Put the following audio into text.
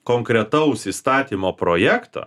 konkretaus įstatymo projekto